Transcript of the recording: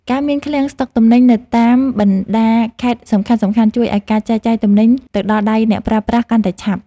ការមានឃ្លាំងស្តុកទំនិញនៅតាមបណ្តាខេត្តសំខាន់ៗជួយឱ្យការចែកចាយទំនិញទៅដល់ដៃអ្នកប្រើប្រាស់កាន់តែឆាប់។